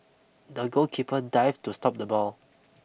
the goalkeeper dived to stop the ball